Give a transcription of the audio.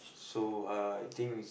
so uh I think is